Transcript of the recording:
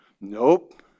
Nope